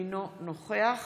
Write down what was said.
אינו נוכח